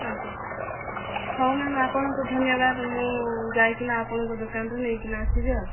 ଆଜ୍ଞା ହୋଉ ମ୍ୟାମ୍ ଆପଣଙ୍କୁ ଧନ୍ୟବାଦ ମୁଁ ଯାଇକିନା ଆପଣଙ୍କ ଦୋକାନରୁ ନେଇକିନା ଆସିବି ଆଉ